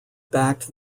backed